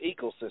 ecosystem